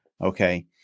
Okay